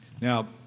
Now